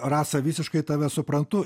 rasa visiškai tave suprantu